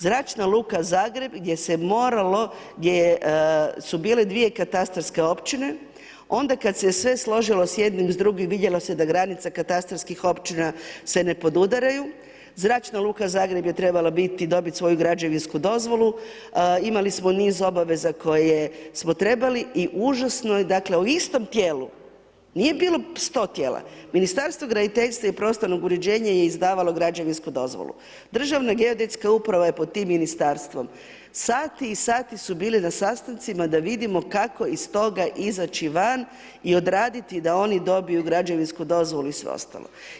Zračna luka Zagreb, gdje se moralo, gdje su bile dvije katastarske općine, onda kad se sve složilo s jednim, s drugim, vidjelo se da granica katastarskih općina se ne podudaraju, Zračna luka Zagreb je trebala biti, dobiti svoju Građevinsku dozvolu, imali smo niz obaveza koje smo trebali i užasno je dakle, u istom tijelu, nije bilo sto tijela, Ministarstvo graditeljstva i prostornog uređenja je izdavalo Građevinsku dozvolu, Državna geodetska uprava je pod tim Ministarstvom, sati i sati su bili na sastancima da vidimo kako iz toga izaći van i odraditi da oni dobiju građevinsku dozvolu i sve ostalo.